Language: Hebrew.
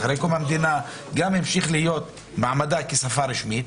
ואחרי קום המדינה מעמדה גם המשיך להיות כשפה רשמית.